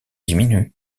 diminue